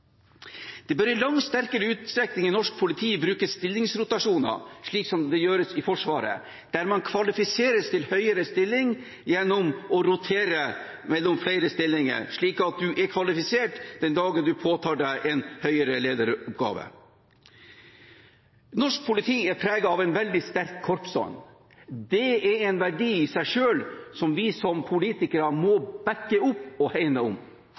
Det bør i langt større utstrekning brukes stillingsrotasjoner i norsk politi, slik det gjøres i Forsvaret, der man kvalifiseres til en høyere stilling gjennom å rotere mellom flere stillinger, slik at man er kvalifisert den dagen man påtar seg en høyere lederoppgave. Norsk politi er preget av en veldig sterk korpsånd. Det er en verdi i seg selv som vi som politikere må bakke opp og hegne om.